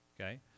Okay